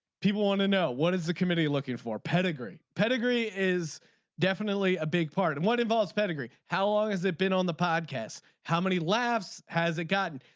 people want to know what is the community looking for pedigree pedigree is definitely a big part and one involves pedigree. how long has it been on the podcast. how many laughs has it gotten.